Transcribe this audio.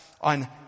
on